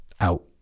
Out